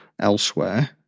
elsewhere